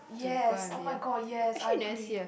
yes oh-my-god yes I agree